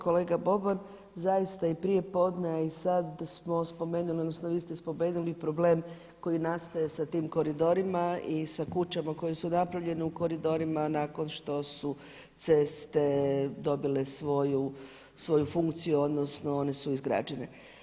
Kolega Boban, zaista i prije podne a i sad smo spomenuli, odnosno vi ste spomenuli problem koji nastaje sa tim koridorima i sa kućama koje su napravljene u koridorima nakon što su ceste dobile svoju funkciju, odnosno one su izgrađene.